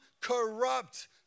corrupt